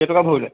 কেই টকা ভৰিলে